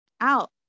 out